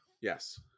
Yes